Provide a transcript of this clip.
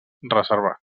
reservat